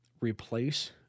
replace